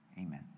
Amen